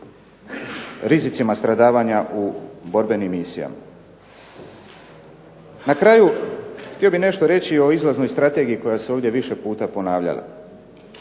rizicima stradavanja u borbenim misijama. Na kraju htio bih nešto reći o izlaznoj strategiji koja se ovdje više puta ponavljala.